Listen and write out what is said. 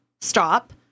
Stop